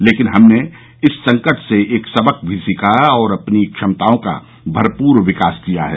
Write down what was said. लेकिन हमने इस संकट से एक सबक भी सीखा है और अपनी क्षमताओं का भरपूर विकास किया है